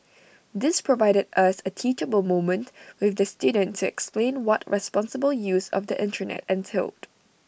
this provided us A teachable moment with the student to explain what responsible use of the Internet entailed